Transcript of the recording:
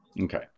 okay